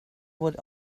would